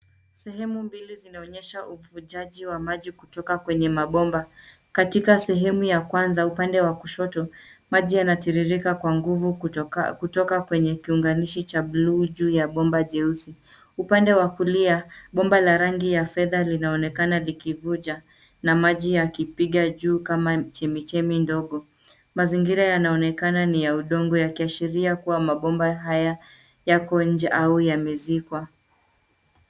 Sehemu mbili zinaonyesha uvujaji wa maji kutoka kwenye mabomba, katika sehemu ya kwanza upande wa kushoto, maji yanatiririka kwa nguvu kutoka kwenye kiunganishi cha bluu juu ya bomba jeusi. Upande wa kulia ,bomba la rangi ya fedha linaonekana likivuja, na maji yakipiga juu kama chemichemi ndogo. Mazingira yanaonekana ya udongo yakiashiria mabomba haya yako nje au yamezikwa